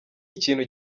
ikintu